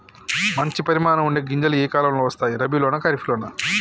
మంచి పరిమాణం ఉండే గింజలు ఏ కాలం లో వస్తాయి? రబీ లోనా? ఖరీఫ్ లోనా?